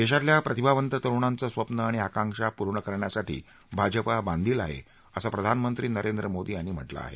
देशातल्या प्रतिभावत तरुणांचं स्पप्न आणि आकांक्षा पूर्ण करण्यासाठी भाजपा बांधिल आहे असं प्रधानमंत्री नरेंद्र मोदी यांनी म्हटलं आहे